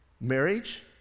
marriage